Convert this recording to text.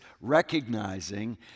recognizing